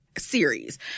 Series